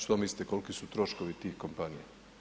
Što mislite koliki su troškovi tih kompanija?